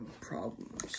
problems